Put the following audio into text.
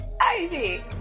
Ivy